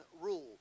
rule